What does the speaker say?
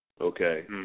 okay